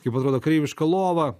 kaip atrodo kareiviška lova